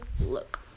look